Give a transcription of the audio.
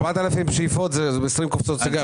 4,000 שאיפות, זה 20 קופסאות סיגריות.